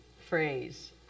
phrase